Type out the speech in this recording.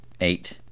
Eight